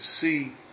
see